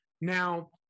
Now